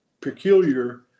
peculiar